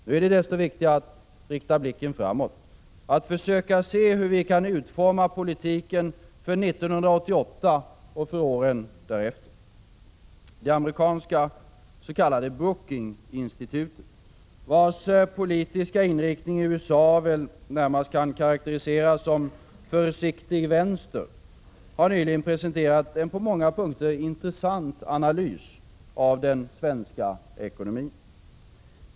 Nu är det desto viktigare att rikta blicken framåt och att försöka se hur vi kan utforma politiken för 1988 och åren därefter. Det amerikanska s.k. Brookinginstitutet, vars politiska inriktning i USA väl närmast kan karakteriseras som försiktig vänster, har nyligen presenterat en på många punkter intressant analys av den svenska ekonomin.